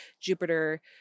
Jupiter